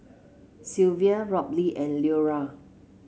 Sylvia Robley and Leora